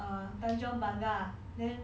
but then 那个 agent hor 就